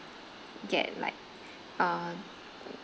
get like uh